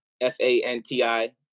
F-A-N-T-I